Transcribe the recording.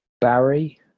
Barry